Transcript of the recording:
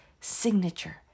signature